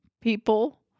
people